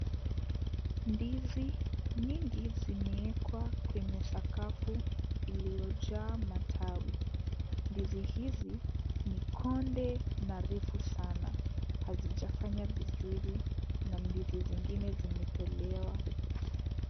Ndizi nyingi zimewekwa kwenye sakafu iliyojaa matawi. Ndizi hizi ni konde na refu sana. Hazijafanya vizuri na ndizi nyingine zimetolewa.